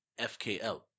FKL